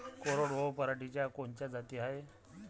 कोरडवाहू पराटीच्या कोनच्या जाती हाये?